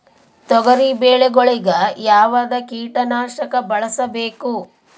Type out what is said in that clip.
ತೊಗರಿಬೇಳೆ ಗೊಳಿಗ ಯಾವದ ಕೀಟನಾಶಕ ಬಳಸಬೇಕು?